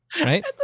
Right